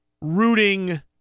rooting